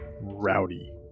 rowdy